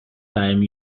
time